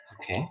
Okay